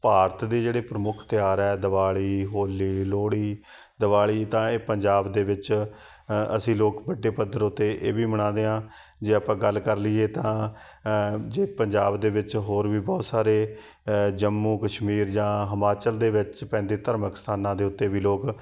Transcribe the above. ਭਾਰਤ ਦੇ ਜਿਹੜੇ ਪ੍ਰਮੁੱਖ ਤਿਉਹਾਰ ਹੈ ਦੀਵਾਲੀ ਹੋਲੀ ਲੋਹੜੀ ਦੀਵਾਲੀ ਤਾਂ ਇਹ ਪੰਜਾਬ ਦੇ ਵਿੱਚ ਅਸੀਂ ਲੋਕ ਵੱਡੇ ਪੱਧਰ ਉੱਤੇ ਇਹ ਵੀ ਮਨਾਉਂਦੇ ਹਾਂ ਜੇ ਆਪਾਂ ਗੱਲ ਕਰ ਲਈਏ ਤਾਂ ਜੇ ਪੰਜਾਬ ਦੇ ਵਿੱਚ ਹੋਰ ਵੀ ਬਹੁਤ ਸਾਰੇ ਜੰਮੂ ਕਸ਼ਮੀਰ ਜਾਂ ਹਿਮਾਚਲ ਦੇ ਵਿੱਚ ਪੈਂਦੇ ਧਰਮਿਕ ਸਥਾਨਾਂ ਦੇ ਉੱਤੇ ਵੀ ਲੋਕ